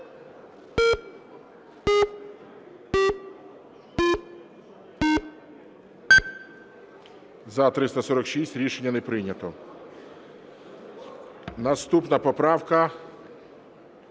За – 346. Рішення не прийнято. Наступна поправка